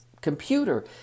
computer